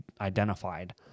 identified